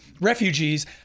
refugees